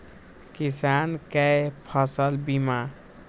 किसान कै फसल बीमा?